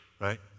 Right